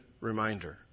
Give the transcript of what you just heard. reminder